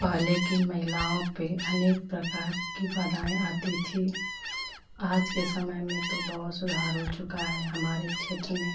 पहले की महिलाओं पर अनेक प्रकार की बाधाएँ आती थी आज के समय में तो बहुत सुधार हो चुका है हमारे क्षेत्र में